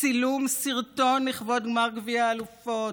צילום סרטון לכבוד גמר גביע האלופות,